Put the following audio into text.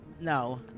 No